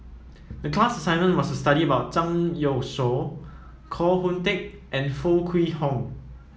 the class assignment was to study about Zhang Youshuo Koh Hoon Teck and Foo Kwee Horng